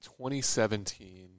2017